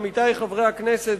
עמיתי חברי הכנסת,